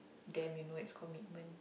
damn you know it's commitment